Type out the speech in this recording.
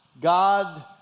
God